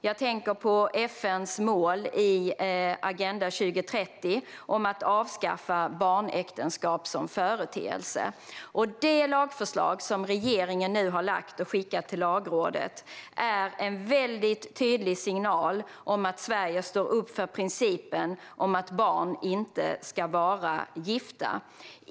Jag tänker på FN:s mål i Agenda 2030 om att avskaffa barnäktenskap som företeelse. Det lagförslag som regeringen nu har lagt fram och skickat till Lagrådet är en väldigt tydlig signal om att Sverige står upp för principen om att barn inte ska vara gifta.